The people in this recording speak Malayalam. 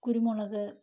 കുരുമുളക്